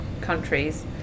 countries